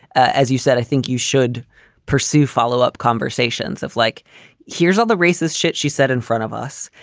as you said, i think you should pursue follow up conversations of like here's all the racist shit she said in front of us.